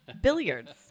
Billiards